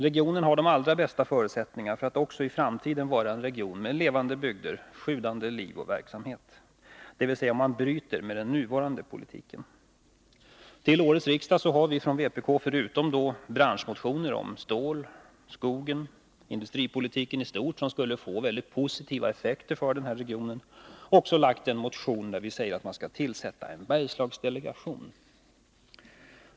Regionen har de allra bästa förutsättningar för att även i framtiden vara en region med levande bygder, sjudande liv och verksamhet, dvs. om man bryter med den nuvarande politiken. Till årets riksdag har vi från vpk, förutom branschmotioner om stål, skog och industripolitik i stort, som skulle få mycket positiva effekter för den här regionen, också lagt fram en motion där vi säger att man skall tillsätta en Bergslagsdelegation.